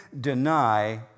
deny